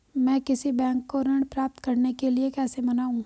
मैं किसी बैंक को ऋण प्राप्त करने के लिए कैसे मनाऊं?